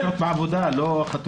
לא, אלה כיתות בעבודה, לא חתונות.